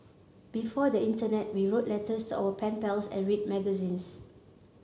before the internet we wrote letters our pen pals and read magazines